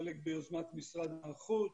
חלק ביוזמת משרד החוץ,